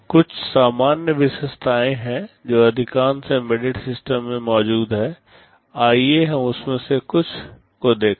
कुछ सामान्य विशेषताएं हैं जो अधिकांश एम्बेडेड सिस्टम में मौजूद हैं आइए हम उनमें से कुछ को देखें